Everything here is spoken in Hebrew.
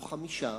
או חמישה,